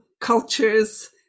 cultures